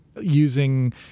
using